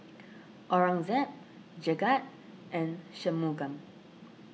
Aurangzeb Jagat and Shunmugam